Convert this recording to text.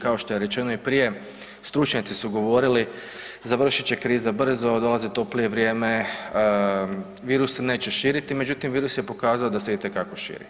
Kao što je rečeno i prije, stručnjaci su govorili završit će kriza brzo, dolazi toplije vrijeme, virus se neće širiti, međutim virus je pokazao da se itekako širi.